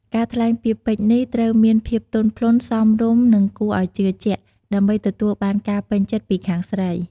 ការថ្លែងពាក្យពេចន៍នេះត្រូវមានភាពទន់ភ្លន់ សមរម្យ និងគួរឲ្យជឿជាក់ ដើម្បីទទួលបានការពេញចិត្តពីខាងស្រី។